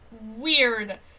weird